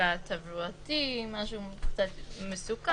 מפגע תברואתי, משהו קצת מסוכן.